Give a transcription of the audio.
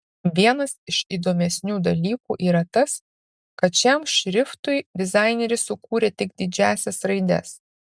vienas iš įdomesnių dalykų yra tas kad šiam šriftui dizaineris sukūrė tik didžiąsias raides